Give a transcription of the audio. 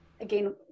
Again